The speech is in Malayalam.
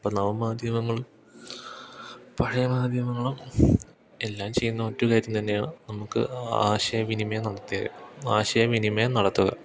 അപ്പോള് നവമാധ്യമങ്ങളും പഴയ മാധ്യമങ്ങളും എല്ലാം ചെയ്യുന്നത് ഒറ്റ കാര്യം തന്നെയാണ് നമ്മുക്ക് ആശയ വിനിമയം ആശയ വിനിമയം നടത്തുക